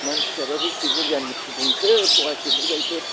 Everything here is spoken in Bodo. मानसियाबा बिसि बुरजानि फुदुंखो फवासेल' गायखेर